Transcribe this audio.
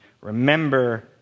Remember